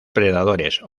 predadores